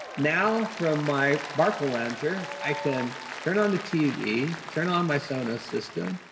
now from my barcalounger, i can turn on the tv, turn on my sona system,